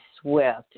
swift